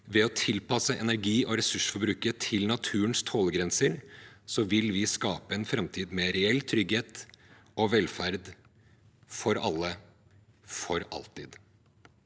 Ved å tilpasse energi- og ressursforbruket til naturens tålegrenser vil vi skape en framtid med reell trygghet og velferd for alle for alltid.